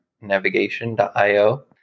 navigation.io